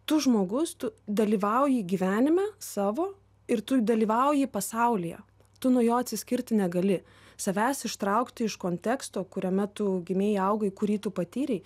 tu žmogus tu dalyvauji gyvenime savo ir tu dalyvauji pasaulyje tu nuo jo atsiskirti negali savęs ištraukti iš konteksto kuriame tu gimei augai kurį tu patyrei